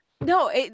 No